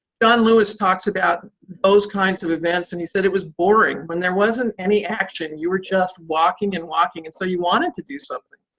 john lewis talks about those kinds of events, and he said it was boring when there wasn't any action. you were just walking and walking, and so you wanted to do something,